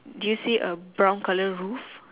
do you see a brown colour roof